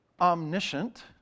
omniscient